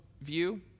view